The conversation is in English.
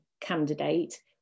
candidate